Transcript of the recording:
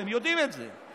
אתם יודעים את זה.